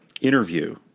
interview